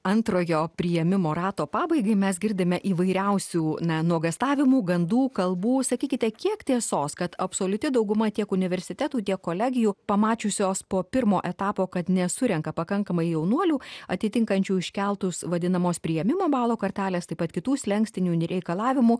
antrojo priėmimo rato pabaigai mes girdime įvairiausių na nuogąstavimų gandų kalbų sakykite kiek tiesos kad absoliuti dauguma tiek universitetų tiek kolegijų pamačiusios po pirmo etapo kad nesurenka pakankamai jaunuolių atitinkančių iškeltus vadinamos priėmimo balo kartelės taip pat kitų slenkstinių n reikalavimų